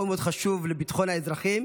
מאוד מאוד חשוב לביטחון האזרחים.